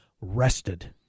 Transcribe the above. rested